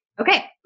Okay